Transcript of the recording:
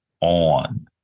on